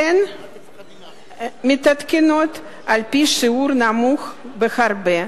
הן מתעדכנות על-פי שיעור נמוך בהרבה,